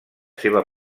seva